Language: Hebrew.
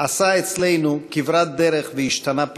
עשה אצלנו כברת דרך והשתנה פלאים,